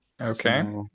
Okay